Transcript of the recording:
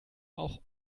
auch